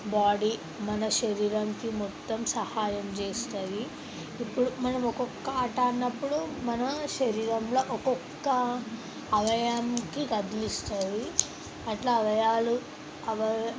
body మన శరీరానికి మొత్తం సహాయం చేస్తుంది ఇప్పుడు మనం ఒక్కొక్క ఆట అన్నప్పుడు మన శరీరంలో ఒక్కొక్క అవయానికి కదిలిస్తాయి అట్లా అవయవాలు